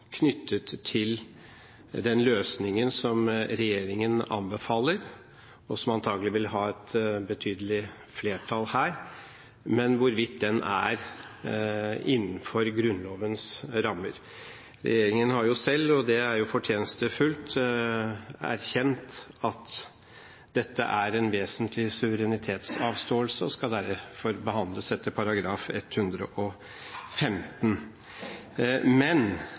knyttet til om hvorvidt den løsningen som regjeringen anbefaler, og som antakelig vil få et betydelig flertall her, er innenfor Grunnlovens rammer. Regjeringen har jo selv – og det er fortjenstfullt – erkjent at dette er en vesentlig suverenitetsavståelse og skal derfor behandles etter § 115. Men